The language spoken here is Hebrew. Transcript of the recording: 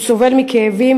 הוא סובל מכאבים,